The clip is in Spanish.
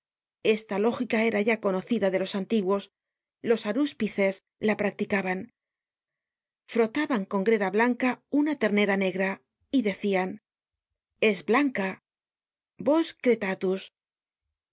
esta lógica era ya conocida de los antiguos los arúspices la practicaban frotaban con greda blanca una ternera negra y decian es blanca bos